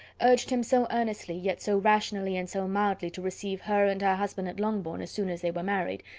urged him so earnestly yet so rationally and so mildly, to receive her and her husband at longbourn, as soon as they were married,